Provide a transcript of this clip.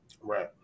Right